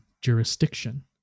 Jurisdiction